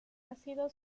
ácido